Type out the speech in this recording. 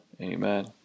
Amen